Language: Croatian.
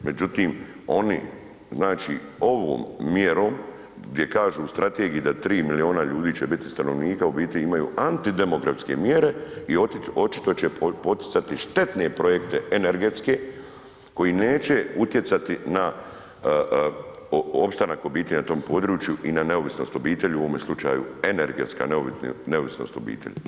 Međutim oni znači ovom mjerom gdje kažu u strategiji da 3 milijuna ljudi će biti stanovnika u biti imaju antidemografske mjere i očito će poticati štetne projekte energetske koji neće utjecati na opstanak obitelji na tom području i na neovisnost obitelji u ovom slučaju energetska neovisnost obitelji.